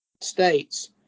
States